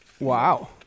Wow